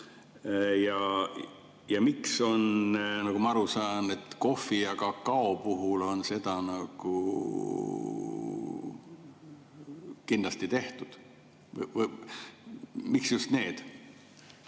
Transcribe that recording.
Ja miks, nagu ma aru saan, kohvi ja kakao puhul on seda nagu kindlasti tehtud. Miks just need